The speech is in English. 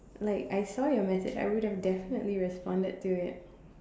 like I saw your message I would have definitely responded to it